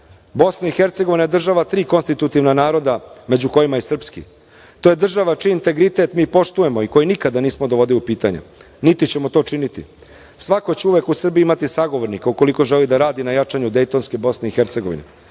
i Hercegovina je država tri konstitutivna naroda, među kojima je i srpski. To je država čiji integritet mi poštujemo i koji nikada nismo dovodili u pitanje, niti ćemo to činiti. Svako će uvek u Srbiji imati sagovornika, ukoliko želi da radi na jačanju dejtonske Bosne i Hercegovine,